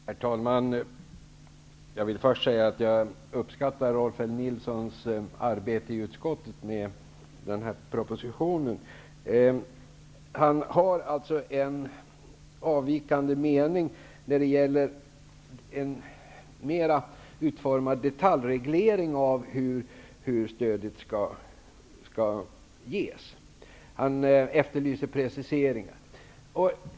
Herr talman! Jag vill först säga att jag uppskattar Rolf L Nilsons arbete i utskottet med denna proposition. Han har en avvikande mening när det gäller en mer i detalj utformad reglering av hur stödet skall ges. Han efterlyser perciseringar.